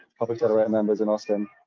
public sort of right members in austin.